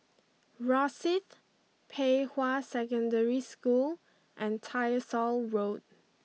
Rosyth Pei Hwa Secondary School and Tyersall Road